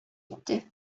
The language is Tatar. итте